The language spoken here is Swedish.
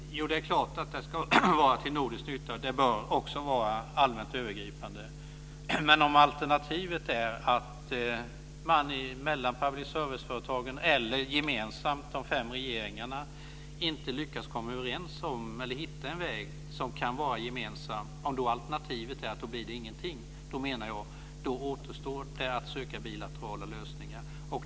Herr talman! Det är klart att det skulle vara till nordisk nytta. Det bör också vara allmänt övergripande. Men om man inte mellan public service-företagen eller mellan de fem regeringarna lyckas hitta en gemensam väg och alternativet då är att det inte blir någonting, menar jag att vad som återstår är att söka bilaterala lösningar.